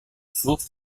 source